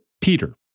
Peter